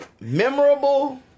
Memorable